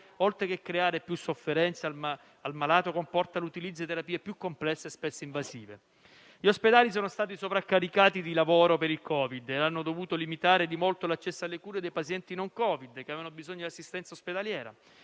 oltre che creare più sofferenza al malato, comporta l'utilizzo di terapie più complesse e spesso invasive. Gli ospedali sono stati sovraccaricati di lavoro per il Covid-19 e hanno dovuto limitare di molto l'accesso alle cure dei pazienti non Covid, che avevano bisogno di assistenza ospedaliera.